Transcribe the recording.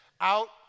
out